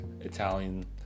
Italian